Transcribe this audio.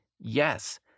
yes